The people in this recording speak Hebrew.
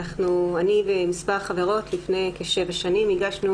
אני ומספר חברות לפני כשבע שנים הגשנו